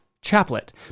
chaplet